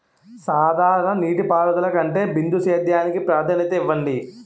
సాధారణ నీటిపారుదల కంటే బిందు సేద్యానికి ప్రాధాన్యత ఇవ్వండి